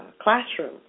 classroom